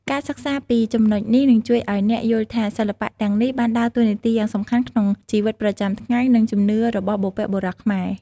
ការសិក្សាពីចំណុចនេះ នឹងជួយឱ្យអ្នកយល់ថា សិល្បៈទាំងនេះបានដើរតួនាទីយ៉ាងសំខាន់ក្នុងជីវិតប្រចាំថ្ងៃ និងជំនឿរបស់បុព្វបុរសខ្មែរ។